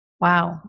Wow